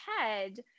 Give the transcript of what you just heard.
head